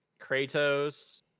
kratos